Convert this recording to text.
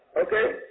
Okay